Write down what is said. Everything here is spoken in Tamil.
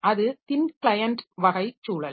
அது தின் கிளையன்ட் வகை சூழல்